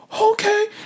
Okay